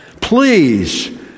Please